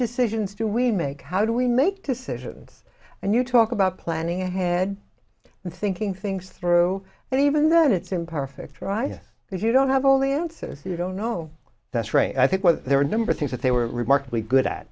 decisions do we make how do we make decisions and you talk about planning ahead and thinking things through and even then it's imperfect right if you don't have all the answers you don't know that's right i think well there are a number of things that they were remarkably good at